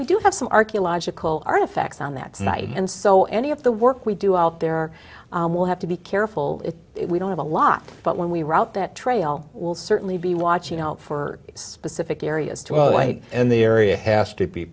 we do have some archaeological artifacts on that site and so any of the work we do out there will have to be careful we don't have a lot but when we route that trail we'll certainly be watching out for specific areas to well wait in the area has to be